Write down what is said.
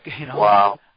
Wow